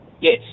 Yes